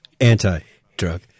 Anti-drug